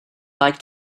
like